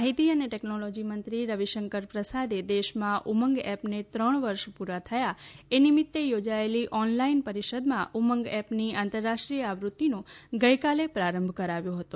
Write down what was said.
માહિતી અને ટેકનોલોજી મંત્રી રવિશંકર પ્રસાદે દેશમાં ઉમંગ એપને ત્રણ વર્ષ પૂરા થયા એ નિમિત્ત યોજાયેલી ઓનલાઇન પરિષદમાં ઉમંગ એપની આંતરરાષ્ટ્રીય આવૃત્તિનો ગઇકાલે પ્રારંભ કરાવ્યો હતો